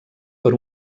per